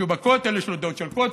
כשהוא בכותל יש לו דעות של כותל,